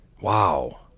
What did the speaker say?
Wow